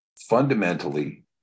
fundamentally